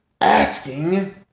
asking